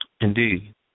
Indeed